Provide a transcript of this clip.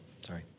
sorry